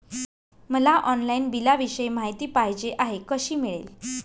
मला ऑनलाईन बिलाविषयी माहिती पाहिजे आहे, कशी मिळेल?